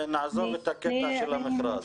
נעזוב את הקטע של המכרז.